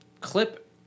clip